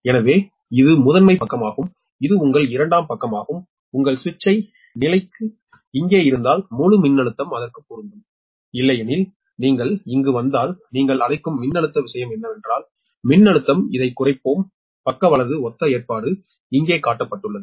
எனவே இது முதன்மைப் பக்கமாகும் இது உங்கள் இரண்டாம் பக்கமாகும் உங்கள் சுவிட்ச் நிலை இங்கே இருந்தால் முழு மின்னழுத்தம் அதற்கு பொருந்தும் இல்லையெனில் நீங்கள் இங்கு வந்தால் நீங்கள் அழைக்கும் மின்னழுத்த விஷயம் என்னவென்றால் மின்னழுத்தம் இதைக் குறைப்போம் பக்க வலது ஒத்த ஏற்பாடு இங்கே காட்டப்பட்டுள்ளது